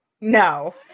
No